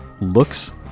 looks